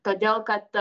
todėl kad